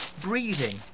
breathing